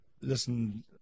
Listen